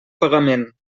pagament